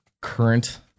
current